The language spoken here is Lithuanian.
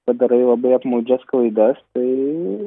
padarai labai apmaudžias klaidas tai